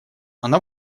она